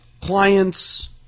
clients